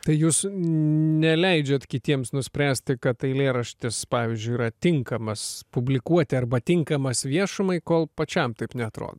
tai jūs neleidžiat kitiems nuspręsti kad eilėraštis pavyzdžiui yra tinkamas publikuoti arba tinkamas viešumai kol pačiam taip neatro